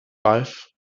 life